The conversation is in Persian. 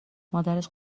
مادرش